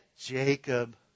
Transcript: Jacob